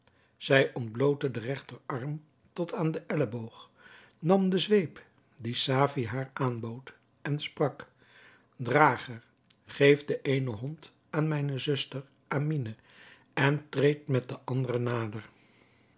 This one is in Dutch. zij ontblootte den regter arm tot aan den elleboog nam de zweep die safie haar aanbood en sprak drager geef de eene hond aan mijne zuster amine en treed met de andere nader